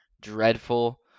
dreadful